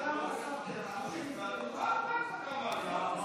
זה מבצע טוב?